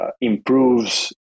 improves